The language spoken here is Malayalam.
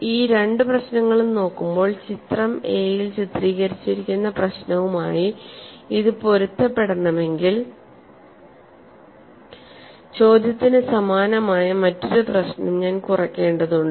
ഈ രണ്ട് പ്രശ്നങ്ങളും നോക്കുമ്പോൾ ചിത്രം എ ൽ ചിത്രീകരിച്ചിരിക്കുന്ന പ്രശ്നവുമായി ഇത് പൊരുത്തപ്പെടുത്തണമെങ്കിൽ ചോദ്യത്തിന് സമാനമായ മറ്റൊരു പ്രശ്നം ഞാൻ കുറയ്ക്കേണ്ടതുണ്ട്